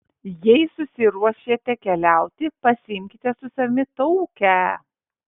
jei susiruošėte keliauti pasiimkite su savimi taukę